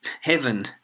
heaven